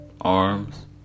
arms